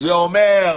זה אומר: